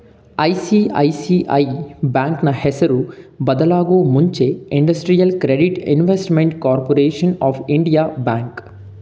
ICICI ಬ್ಯಾಂಕ್ನ ಹೆಸರು ಬದಲಾಗೂ ಮುಂಚೆ industrial credit investment corporation of India bank